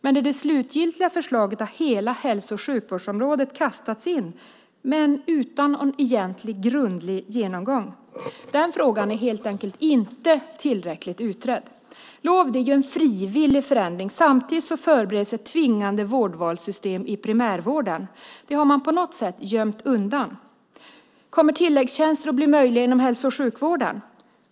Men hela hälso och sjukvårdsområdet har kastats in i det slutgiltiga förslaget egentligen utan någon grundlig genomgång. Den frågan är helt enkelt inte tillräckligt utredd. LOV handlar om en frivillig förändring. Men samtidigt förbereds ett tvingande vårdvalssystem i primärvården. Det har man på något sätt gömt undan. Kommer tilläggstjänster att bli möjliga inom hälso och sjukvården?